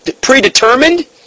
predetermined